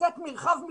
לתת מרחב מחיה.